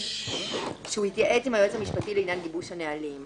שהוא יתייעץ עם היועץ המשפטי לעניין גיבוש הנהלים.